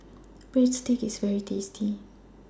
Breadsticks IS very tasty